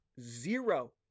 zero